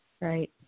Right